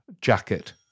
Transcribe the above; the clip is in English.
jacket